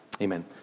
Amen